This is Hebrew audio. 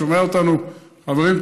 שומע אותנו: חברים,